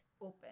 open